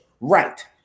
Right